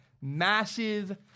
massive